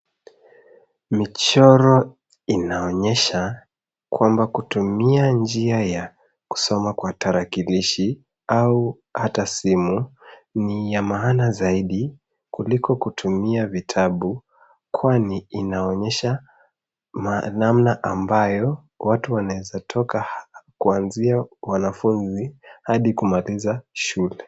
Michoro inaonyesha kwamba kutumia njia ya kusoma kwa tarakilishi au hata simu ni ya maana zaidi kuliko kutumia kitabu kwani inaonyesha namna ambayo watu wanaweza toka kuanzia wanafunzi hadi kumaliza shule.